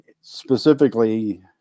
specifically –